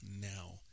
now